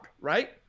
right